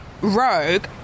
rogue